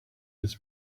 its